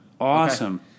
Awesome